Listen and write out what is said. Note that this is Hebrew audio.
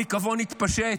הריקבון התפשט,